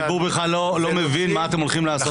הציבור עדיין לא מבין מה אתם הולכים לעשות בכלל.